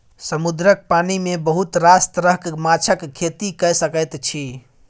समुद्रक पानि मे बहुत रास तरहक माछक खेती कए सकैत छी